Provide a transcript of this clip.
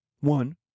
One